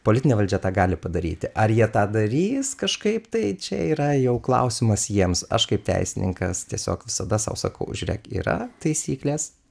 politinė valdžia tą gali padaryti ar jie tą darys kažkaip tai čia yra jau klausimas jiems aš kaip teisininkas tiesiog visada sau sakau žiūrėk yra taisyklės